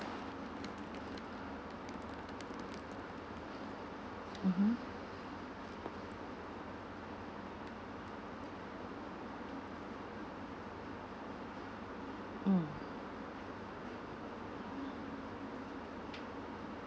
mmhmm mm